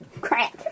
Crack